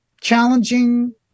challenging